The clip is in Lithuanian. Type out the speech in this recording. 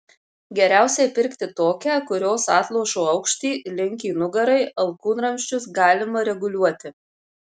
geriausiai pirkti tokią kurios atlošo aukštį linkį nugarai alkūnramsčius galima reguliuoti